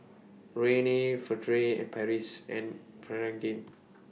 Rene Furtere and Paris and Pregain